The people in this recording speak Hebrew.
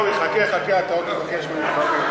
עיסאווי, חכה חכה, אתה עוד תבקש ממני דברים.